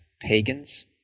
pagans